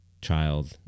child